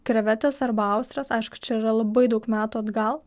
krevetės arba austrės aišku čia yra labai daug metų atgal